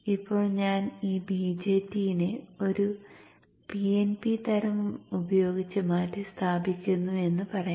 ഇപ്പോൾ ഞാൻ ഈ BJT നെ ഒരു PNP തരം ഉപയോഗിച്ച് മാറ്റിസ്ഥാപിക്കുന്നു എന്ന് പറയാം